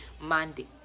monday